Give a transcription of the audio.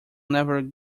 never